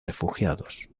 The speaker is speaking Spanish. refugiados